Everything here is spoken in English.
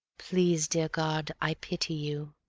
please, dear god, i pity you.